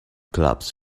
clubs